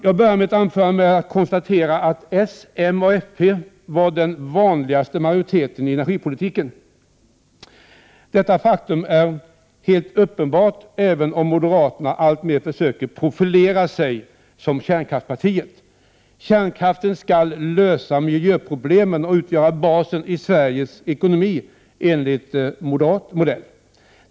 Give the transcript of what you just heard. Jag inleder mitt anförande med att konstatera att socialdemokraterna, moderaterna och folkpartiet tillsammans utgör den vanligaste majoriteten i energipolitiken. Detta faktum är helt uppenbart, även om moderaterna alltmer försöker profilera sig som kärnkraftspartiet. Kärnkraften skall lösa miljöproblemen och utgöra basen i Sveriges ekonomi, enligt moderat modell.